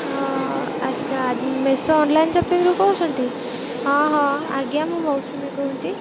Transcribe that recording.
ହଁ ଆଚ୍ଛା ମେସୋ ଅନଲାଇନ୍ ସପିଂରୁୁ କହୁଛନ୍ତି ହଁ ହଁ ଆଜ୍ଞା ମୁଁ ମୌସୁମୀ କହୁଛି